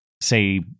say